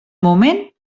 moment